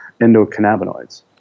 endocannabinoids